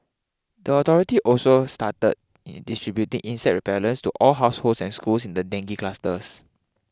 the authority also started distributing insect repellents to all households and schools in the dengue clusters